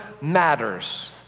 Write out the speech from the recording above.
matters